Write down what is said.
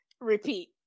repeat